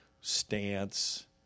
stance